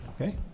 Okay